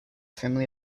family